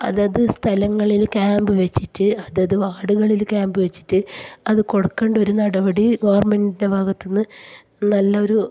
അതാത് സ്ഥലങ്ങളിൽ ക്യാമ്പ് വച്ചിട്ട് അതാത് വാർഡുകളില് ക്യാമ്പ് വച്ചിട്ട് അത് കൊടുക്കേണ്ട ഒരു നടപടി ഗവൺമെൻറ്റിൻ്റെ ഭാഗത്തുനിന്ന് നല്ലൊരു